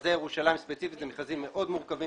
מכרזי ירושלים ספציפית הם מכרזים מאוד מורכבים